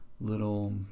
little